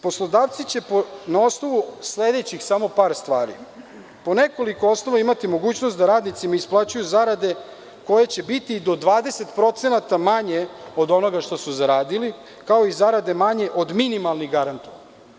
Poslodavci će na osnovu sledećih par stvari po nekoliko osnova imati mogućnost da radnicima isplaćuju zarade koje će biti i do 20% manje od onoga što su zaradili, kao i zarade manje od minimalnih garantnih.